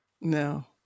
No